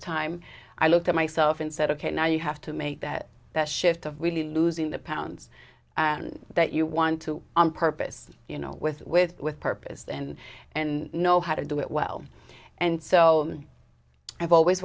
time i looked at myself instead of k now you have to make that shift of really losing the pounds that you want to on purpose you know with with with purpose and and know how to do it well and so i've always